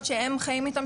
בהסברה,